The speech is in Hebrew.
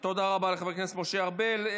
תודה רבה לחבר הכנסת משה ארבל.